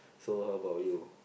so how about you